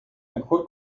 mejor